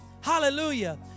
Hallelujah